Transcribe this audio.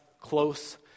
close